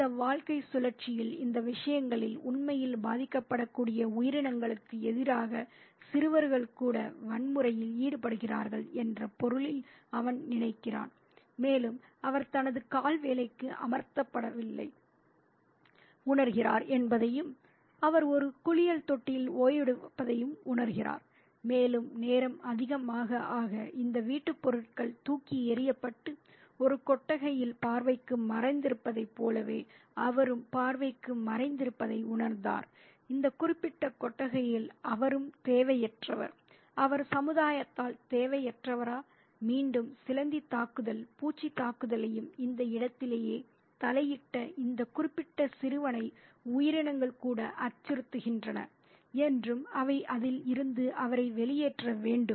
இந்த வாழ்க்கைச் சுழற்சியில் இந்த விஷயங்களில் உண்மையில் பாதிக்கப்படக்கூடிய உயிரினங்களுக்கு எதிராக சிறுவர்கள் கூட வன்முறையில் ஈடுபடுகிறார்கள் என்ற பொருளில் அவன் நினைக்கிறான் மேலும் அவர் தனது கால் வேலைக்கு அமர்த்தப்படுவதை உணர்கிறார் என்பதையும் அவர் ஒரு குளியல் தொட்டியில் ஓய்வெடுப்பதையும் உணர்கிறார் மேலும் நேரம் அதிகமாக ஆக இந்த வீட்டுப் பொருட்கள் தூக்கி எறியப்பட்டு ஒரு கொட்டகையில் பார்வைக்கு மறைந்திருப்பதைப் போலவே அவரும் பார்வைக்கு மறைந்திருப்பதை உணர்ந்தார் இந்த குறிப்பிட்ட கொட்டகையில் அவரும் தேவையற்றவர் அவர் சமுதாயத்தால் தேவையற்றவரா மீண்டும் சிலந்தி தாக்குதல் பூச்சி தாக்குதலையும் இந்த இடத்திலேயே தலையிட்ட இந்த குறிப்பிட்ட சிறுவனை உயிரினங்கள் கூட அச்சுறுத்துகின்றன என்றும் அவை அதில் இருந்து அவரை வெளியேற்ற வேண்டும்